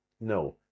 No